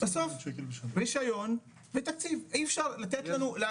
בסוף רשיון ותקציב, אי אפשר לתת לנו.